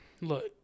look